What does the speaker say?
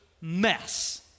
mess